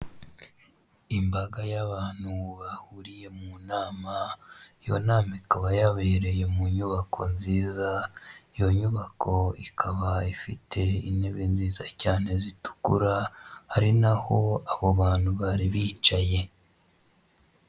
Imbaga y'abantu bahuriye mu nama iyo nama ikaba yabereye mu nyubako nziza, iyo nyubako ikaba ifite intebe nziza cyane zitukura ari naho abo bantu bari bicaye.